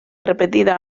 repetida